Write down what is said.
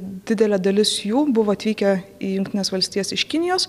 didelė dalis jų buvo atvykę į jungtines valstijas iš kinijos